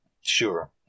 Sure